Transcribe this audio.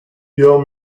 your